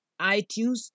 iTunes